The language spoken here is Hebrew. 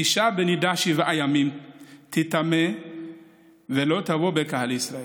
אישה בנידה שבעה ימים תיטמא ולא תבוא בקהל ישראל,